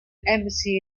embassy